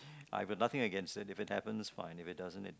I've nothing against it if it happens it's fine if it doesn't